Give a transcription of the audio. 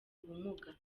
ubumuga